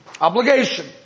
Obligation